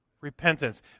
repentance